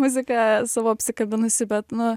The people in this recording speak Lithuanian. muziką savo apsikabinusi bet nu